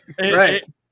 Right